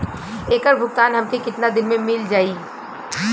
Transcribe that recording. ऐकर भुगतान हमके कितना दिन में मील जाई?